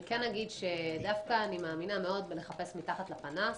אני כן אגיד שאני דווקא מאמינה מאוד בלחפש מתחת לפנס.